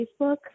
Facebook